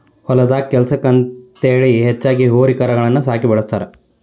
ಹೊಲದಾಗ ಕೆಲ್ಸಕ್ಕ ಅಂತೇಳಿ ಹೆಚ್ಚಾಗಿ ಹೋರಿ ಕರಗಳನ್ನ ಸಾಕಿ ಬೆಳಸ್ತಾರ